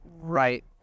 Right